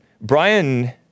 Brian